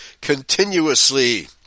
continuously